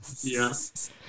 Yes